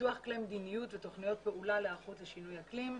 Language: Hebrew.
לפיתוח כלי מדיניות ותוכניות פעולה להיערכות לשינוי אקלים,